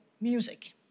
music